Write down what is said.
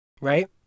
Right